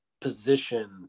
position